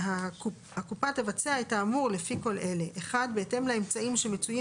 הקופה תבצע את האמור לפי כל אלה: (1)בהתאם לאמצעים שמצויים